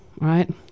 right